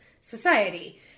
society